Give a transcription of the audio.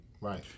Right